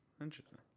Interesting